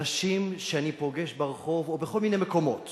אנשים שאני פוגש ברחוב או בכל מיני מקומות